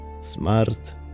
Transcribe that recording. smart